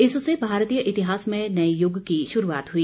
इससे भारतीय इतिहास में नये यूग की शुरूआत हुई